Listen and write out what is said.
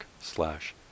slash